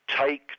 take